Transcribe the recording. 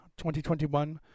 2021